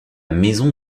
maison